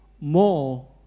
more